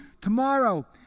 Tomorrow